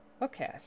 Okay